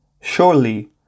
surely